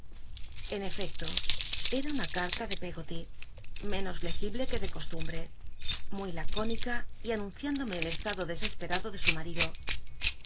en cfcdo cra una car t a de pcggoty menos legi ble que de costrnn lll'e muy lacónica y anunciándome el estado desesperado de su mmido